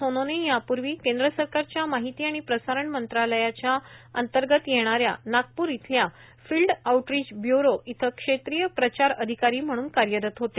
सोनोने यापूर्वी केंद्र सरकारच्या माहिती आणि प्रसारण मंत्रालयाच्या अंतर्गत येणाऱ्या नागपूर इथल्या फिल्ड आऊटरिच ब्यूरो इथं क्षेत्रीय प्रचार अधिकारी म्हणून कार्यरत होते